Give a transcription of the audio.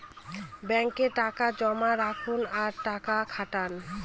ব্যাঙ্কে টাকা জমা রাখুন আর টাকা খাটান